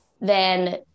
then-